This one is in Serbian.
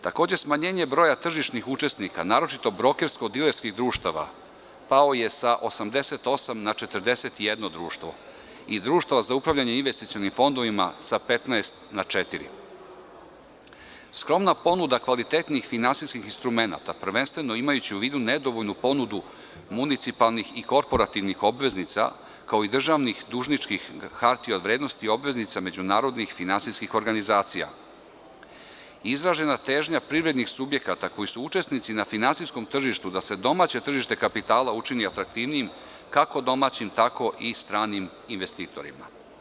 Takođe, smanjenje broja tržišnih učesnika, naročito brokersko-dilerskih društava, pao je sa 88 na 41 društvo i društva za upravljanje investicionim fondovima sa 15 na četiri; Skromna ponuda kvalitetnih finansijskih instrumenata, prvenstveno imajući u vidu nedovoljnu ponudu municipalnih i korporativnih obveznica, kao i državnih dužničkih hartija od vrednosti i obveznica međunarodnih finansijskih organizacija; Izražena težnja privrednih subjekata koji su učesnici na finansijskom tržištu da se domaće tržište kapitala učini atraktivnijim, kako domaćim, tako i stranim investitorima.